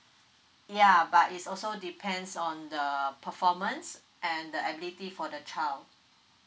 ya but it's also depends on the performance and the ability for the child